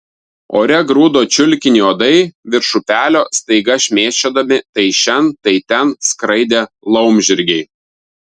ore grūdo čiulkinį uodai virš upelio staiga šmėkščiodami tai šen tai ten skraidė laumžirgiai